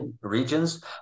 regions